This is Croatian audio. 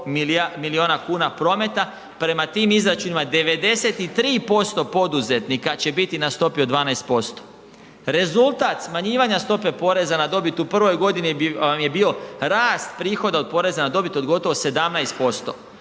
milijuna kuna prometa. Prema tim izračunima 93% poduzetnika će biti na stopi od 12%. Rezultat smanjivanja stope poreza na dobit u prvoj godini vam je bio rast prihoda od poreza na dobit od gotovo 17%.